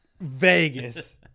Vegas